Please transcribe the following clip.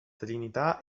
trinità